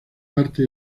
parte